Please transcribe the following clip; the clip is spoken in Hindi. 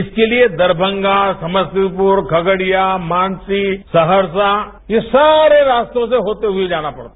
इसके लिए दरभंगा समस्तीपुर खगडिया मानसी सहरसा ये सारे रास्तों से होते हुए जाना पड़ता है